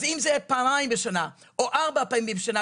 אז אם זה פעמיים בשנה או ארבע פעמים בשנה,